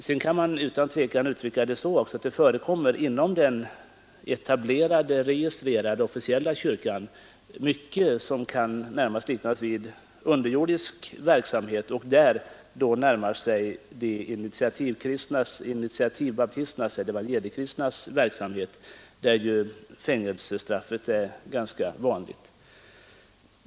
Sedan är det också utan tvekan så att det inom den etablerade registrerade officiella kyrkan förekommer mycket som närmast kan liknas vid underjordisk verksamhet och som närmar sig de initiativkristnas, initiativbaptisternas eller evangeliekristnas verksamhet, för vilken fängelsestraff är ganska vanligt.